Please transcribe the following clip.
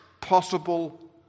possible